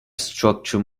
structure